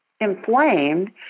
inflamed